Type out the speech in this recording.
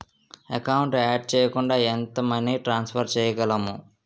Account add చేయకుండా ఎంత money transfer చేయగలము?